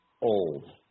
old